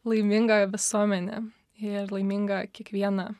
laimingą visuomenę ir laimingą kiekvieną